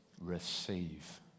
Receive